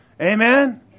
Amen